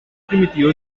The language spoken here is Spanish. primitivo